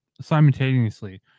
simultaneously